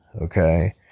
okay